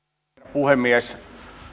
puhemies